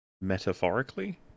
Metaphorically